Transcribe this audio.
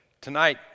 tonight